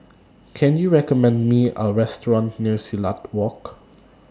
Can YOU recommend Me A Restaurant near Silat Walk